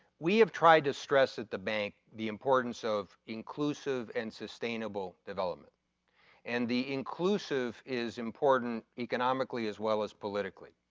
we have tried to stressed at the bank the importance of inclusive and sustainable development and the inclusive is important economically as well as politically.